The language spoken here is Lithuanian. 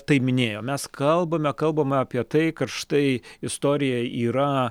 tai minėjo mes kalbame kalbame apie tai kad štai istorija yra